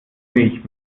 milch